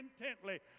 intently